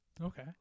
Okay